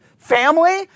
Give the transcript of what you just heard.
Family